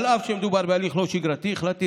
אף שמדובר בהליך לא שגרתי, החלטתי